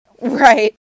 Right